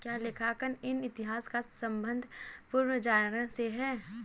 क्या लेखांकन के इतिहास का संबंध पुनर्जागरण से है?